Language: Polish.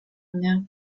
mnie